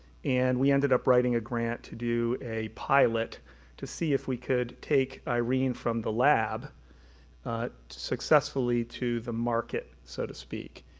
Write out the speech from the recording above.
and we ended up writing a grant to do a pilot to see if we could take irene from the lab successfully to the market, so to speak,